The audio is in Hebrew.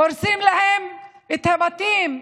הורסים להם את הבתים.